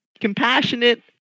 Compassionate